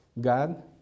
God